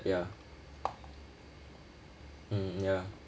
ya mm ya